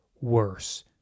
worse